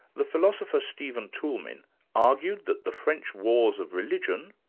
the philosopher stephen toulmin argued that the french wars of religion,